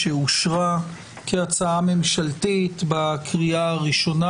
שאושרה כהצעה ממשלתית בקריאה הראשונה.